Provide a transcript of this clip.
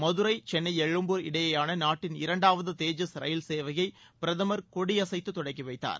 மதுரை சென்னை எழும்பூர் இடையேயான நாட்டின் இரண்டாவது தேஜஸ் ரயில் சேவையை பிரதமர் கொடியசைத்து தொடங்கி வைத்தார்